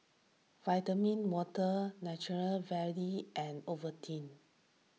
Vitamin Water Natural Valley and Ovaltine